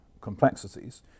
complexities